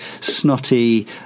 snotty